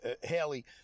Haley